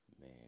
Man